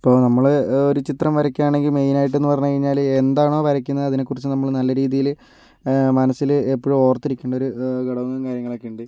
ഇപ്പോൾ നമ്മള് ഒരു ചിത്രം വരക്കേണമെങ്കിൽ മെയിനായിട്ടെന്ന് പറഞ്ഞ് കഴിഞ്ഞാല് എന്താണോ വരക്കുന്നത് അതിനെക്കുറിച്ച് നമ്മള് നല്ലരീതീല് മനസ്സില് എപ്പൊഴും ഓർത്തിരിക്കേണ്ടൊരു ഘടകവും കാര്യങ്ങളൊക്കെയുണ്ട്